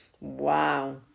Wow